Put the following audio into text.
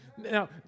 Now